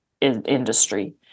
industry